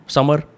Summer